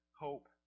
hope